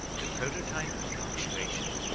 the prototype of punctuation.